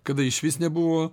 kada išvis nebuvo